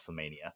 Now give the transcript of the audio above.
WrestleMania